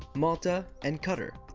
malta, and qatar.